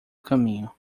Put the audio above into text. caminho